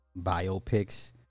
biopics